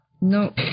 No